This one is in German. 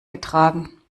getragen